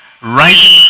rising